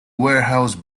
warehouse